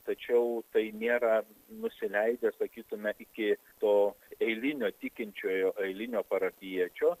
tačiau tai nėra nusileidę sakytume iki to eilinio tikinčiojo eilinio parapijiečio